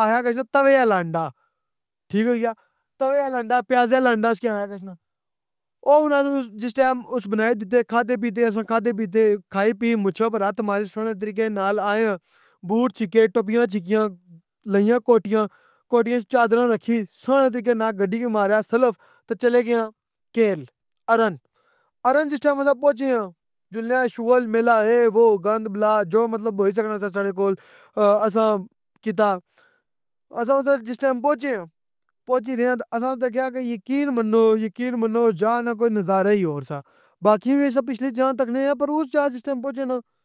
آیا گشنا تَوے الا انڈا، ٹھیک ہوئی گیا، توے الا انڈہ پیازاں الا انڈا اس کی آیا گشنا او انا جس ٹائم اس بنائے دتے کھادے پیتے ،آساں کھادے پیتے کھائے پیے مچھاں کو رت ماری سوہنرڑے طریقے نال آئے آں ، بوٹ چھکے ٹوپیاں چھکیاں لائییاں کوٹیاں ، کوٹیاں تے چادراں رکھی ، سوہنرڑے طریقے نال گڈی کو مارا سلف تے چلے گئے آں کیل، ارنگ ، ارنگ جِس ٹائم اسی پہنچے آں جوُلنے آں شغل میلا ،اے وو ،گند بلا ، جو مطلب ہوئی سگنا ساڈے کولوں اساں کیتا۔ آساں اُدے جس ٹائم تک پہنچے آں ،پہنچی گئی آں کہ یقین منّو یقین منو جا نا کوئی نظارہ ہی ہور سا ۔ باقی جا پچھلی جا آسی تکنے آں اس جا جس ٹائم پہنچے آں نا